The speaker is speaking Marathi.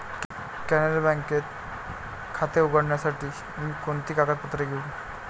कॅनरा बँकेत खाते उघडण्यासाठी मी कोणती कागदपत्रे घेऊ?